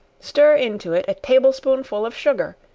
stir into it a table-spoonful of sugar,